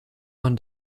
man